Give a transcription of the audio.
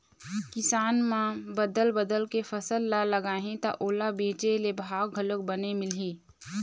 किसान मन बदल बदल के फसल ल लगाही त ओला बेचे ले भाव घलोक बने मिलही